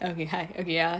okay hi okay ya